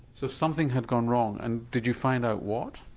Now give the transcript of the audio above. so something had gone wrong and did you find out what?